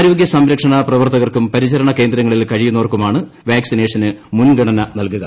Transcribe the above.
അരോഗ്യസംരക്ഷണ പ്രവർത്തക്ടർക്കും പരിചരണ കേന്ദ്രങ്ങളിൽ കഴിയുന്നവർക്കുമാണ് വാക്സിന്റേഷ്റ്റ് മുൻഗണന നൽകുക